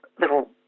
little